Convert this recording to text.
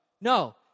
No